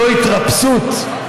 לא התרפסות.